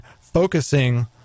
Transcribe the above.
focusing